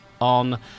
on